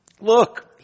look